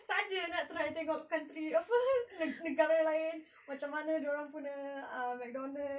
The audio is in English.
saja nak try tengok country apa negara lain macam mana dorang punya ah McDonald's